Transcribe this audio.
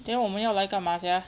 then 我们要来干嘛 sia